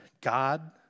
God